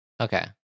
Okay